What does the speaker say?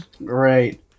right